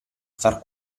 far